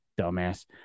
Dumbass